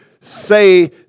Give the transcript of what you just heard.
say